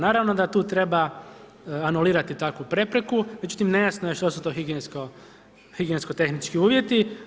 Naravno da tu treba anulirati takvu prepreku međutim nejasno je što su to higijensko tehnički uvjeti.